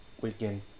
weekend